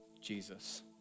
Jesus